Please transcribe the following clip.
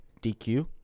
DQ